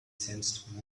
sensed